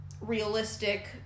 realistic